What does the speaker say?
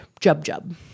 jub-jub